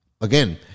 Again